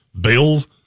Bills